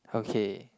okay